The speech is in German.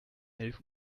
elf